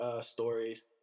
stories